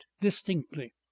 distinctly